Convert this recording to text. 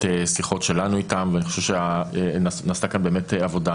שיחות שלנו איתם ואני חושב שבאמת נעשתה כאן עבודה.